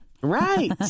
Right